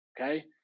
Okay